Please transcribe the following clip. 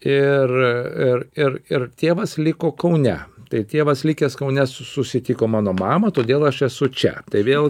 ir ir ir ir tėvas liko kaune tai tėvas likęs kaune su susitiko mano mamą todėl aš esu čia tai vėl